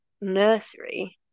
nursery